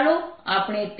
ચાલો આપણે તે કરીએ